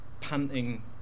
panting